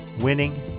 winning